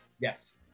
yes